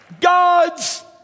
God's